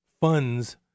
funds